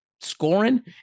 scoring